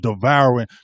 devouring